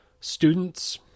students